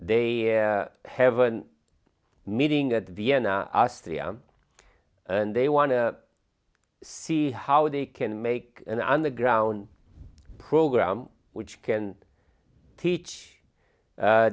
they haven't meeting at vienna austria and they want to see how they can make an underground program which can teach